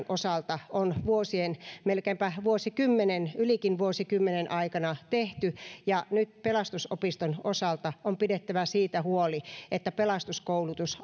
osalta on vuosien melkeinpä vuosikymmenen ylikin vuosikymmenen aikana tehty ja nyt pelastusopiston osalta on pidettävä siitä huoli että pelastuskoulutus